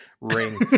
Ring